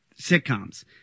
sitcoms